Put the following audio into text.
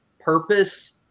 Purpose